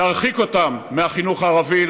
להרחיק אותם מהחינוך הערבי,